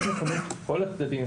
יש נכונות של כל הצדדים,